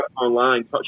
online